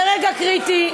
זה רגע קריטי,